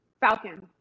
Falcon